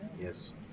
Yes